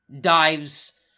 dives